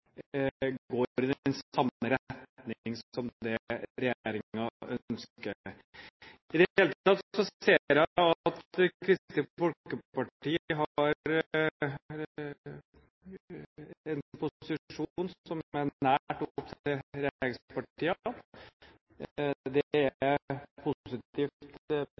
samme retning som regjeringen ønsker. I det hele tatt ser jeg at Kristelig Folkeparti har en posisjon som er nær opp til regjeringspartiene. Det er positivt, for jeg tror at eierskapsdebatt bør få en